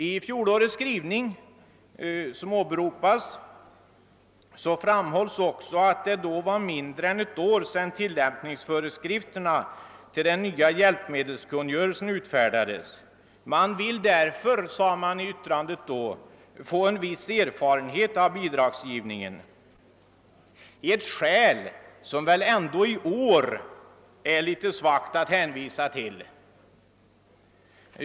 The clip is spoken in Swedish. I fjolårets skrivning, som åberopas, framhölls också att det då var mindre än ett år sedan tillämpningsföreskrifterna till den nya hjälpmedelskungörelsen utfärdades. I utlåtandet då sade man, att man därför ville få en viss erfarenhet av bidragsgivningen. Det är ett skäl som väl ändå i år är litet svagt att hänvisa till.